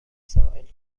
ساحل